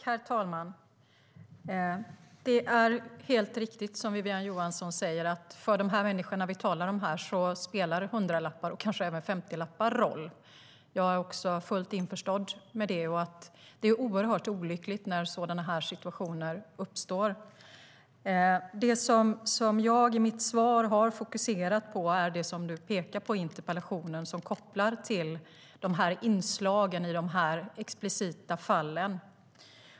Herr talman! Det är helt riktigt som Wiwi-Anne Johansson säger, att för de människor vi här talar om spelar hundralappar och kanske även femtilappar roll. Jag är fullt införstådd med det. Det är oerhört olyckligt när sådana situationer uppstår. Det jag i mitt svar fokuserat på är det som Wiwi-Anne Johansson pekar på i interpellationen och som kopplar till inslagen i de explicita fallen.